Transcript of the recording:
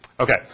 Okay